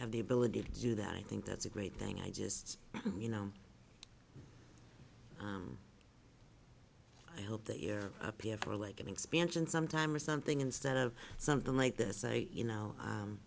have the ability to do that i think that's a great thing i just you know i hope that you know for like an expansion some time or something instead of something like this i you know